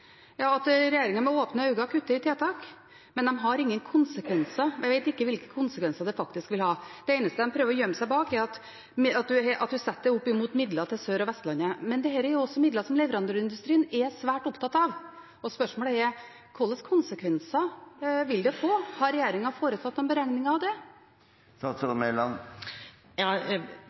at regjeringen med åpne øyne kutter i tiltak, men de vet ikke hvilke konsekvenser det faktisk vil ha. Det eneste de prøver å gjemme seg bak, er at en setter det opp mot midler til Sør- og Vestlandet. Men dette er jo også midler som leverandørindustrien er svært opptatt av, og spørsmålet er: Hvilke konsekvenser vil det få? Har regjeringen foretatt noen beregninger av det?